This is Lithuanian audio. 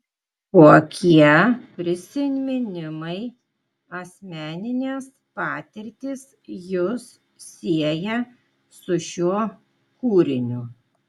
kokie prisiminimai asmeninės patirtys jus sieja su šiuo kūriniu